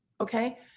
okay